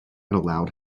allowed